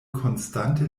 konstante